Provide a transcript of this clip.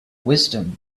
wisdom